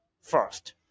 first